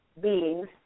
beings